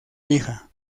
hija